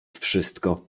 wszystko